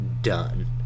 done